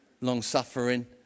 long-suffering